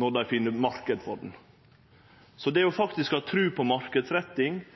når dei finn marknad for han. Det å ha tru på marknadsretting, ha tru på